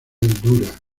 dura